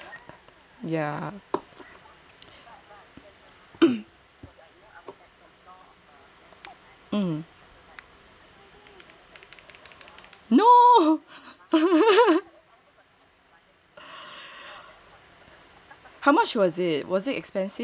no how much was it was it expensive